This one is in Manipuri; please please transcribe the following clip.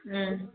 ꯎꯝ